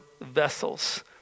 vessels